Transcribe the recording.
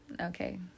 okay